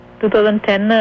2010